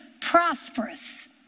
prosperous